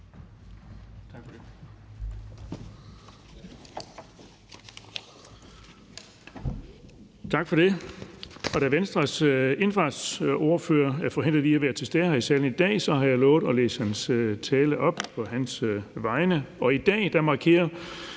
Tak for det. Da Venstres indfødsretsordfører er forhindret i at være til stede her i salen i dag, har jeg lovet at læse hans tale op på hans vegne. I dag markerer